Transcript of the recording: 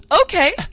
Okay